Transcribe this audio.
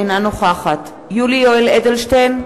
אינה נוכחת יולי יואל אדלשטיין,